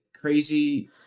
crazy